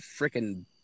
freaking